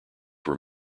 were